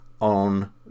on